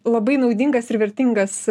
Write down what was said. labai naudingas ir vertingas